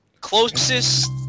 Closest